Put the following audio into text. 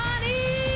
money